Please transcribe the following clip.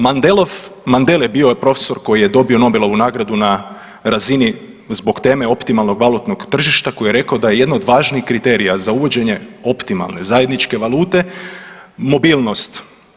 Mandelov, Mandel je bio profesor koji je dobio Nobelovu nagradu na razini zbog teme optimalnog valutnog tržišta koji je rekao da je jedno od važnih kriterija za uvođenje optimalne zajedničke valute mobilnost.